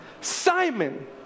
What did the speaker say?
Simon